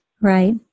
Right